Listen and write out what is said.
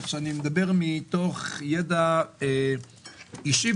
כך שאני מדבר מתוך ידע אישי.